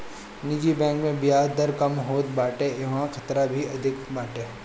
निजी बैंक में बियाज दर कम होत बाटे इहवा खतरा भी अधिका बाटे